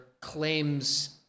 claims